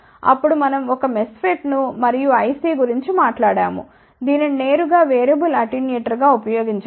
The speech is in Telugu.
అప్పుడు మనం ఒక MESFET మరియు IC గురించి మాట్లాడాము దీనిని నేరుగా వేరియబుల్ అటెన్యూయేటర్గా ఉపయోగించవచ్చు